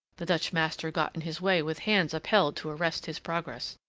the dutch master got in his way with hands upheld to arrest his progress.